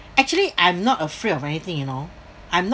actually I'm not afraid of anything you know I'm not